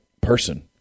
person